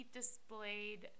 displayed